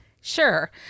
Sure